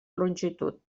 longitud